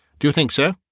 do you think so?